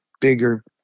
bigger